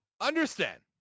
Understand